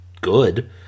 good